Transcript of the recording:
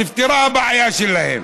נפתרה הבעיה שלהם.